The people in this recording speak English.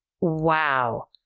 Wow